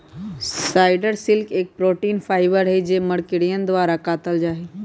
spider silk एक protein fibre हई जो मकड़ियन द्वारा कातल जाहई